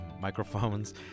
microphones